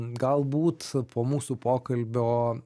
galbūt po mūsų pokalbio